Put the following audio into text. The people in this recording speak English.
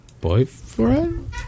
boyfriend